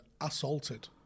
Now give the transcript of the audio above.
assaulted